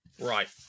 Right